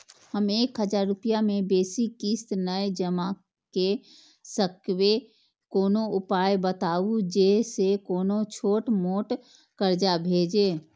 हम एक हजार रूपया से बेसी किस्त नय जमा के सकबे कोनो उपाय बताबु जै से कोनो छोट मोट कर्जा भे जै?